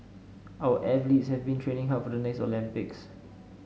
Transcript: our athletes have been training hard for the next Olympics